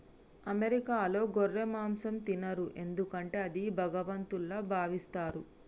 అమెరికాలో గొర్రె మాంసం తినరు ఎందుకంటే అది భగవంతుల్లా భావిస్తారు